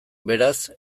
beraz